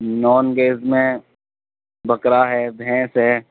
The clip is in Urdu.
نان ویج میں بکرا ہے بھینس ہے